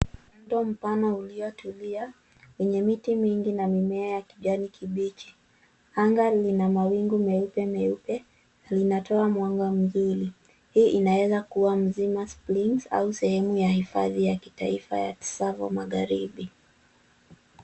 Mto mpana uliotulia wenye miti mingi na mimea ya kijani kibichi. Anga lina mawingu meupe meupe na linatoa mwanga mzuri. Hii inaweza kuwa Mzima Springs au sehemu ya hifadhi ya kitaifa ya Tsavo Magharibi.